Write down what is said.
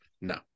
No